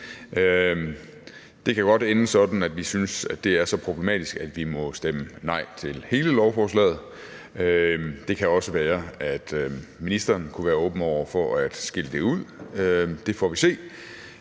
Det kan godt ende sådan, at vi synes, at det er så problematisk, at vi må stemme nej til hele lovforslaget, men det kan også være, at ministeren kunne være åben over for at skille det ud – det får vi se.